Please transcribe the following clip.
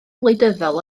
wleidyddol